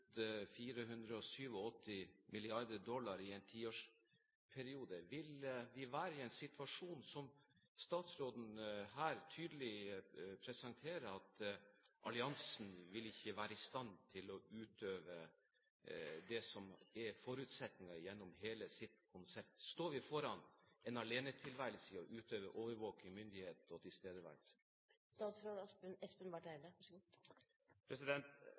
dollar i en tiårsperiode. Vil vi være i den situasjon, som statsråden her tydelig presenterer, at alliansen ikke vil være i stand til å utøve det som er forutsetningen i hele konseptet? Står vi foran en alenetilværelse i å utøve overvåking, myndighet og tilstedeværelse?